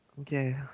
Okay